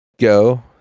Go